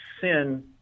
sin